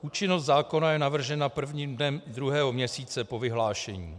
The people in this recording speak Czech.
Účinnost zákona je navržena prvním dnem druhého měsíce po vyhlášení.